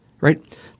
Right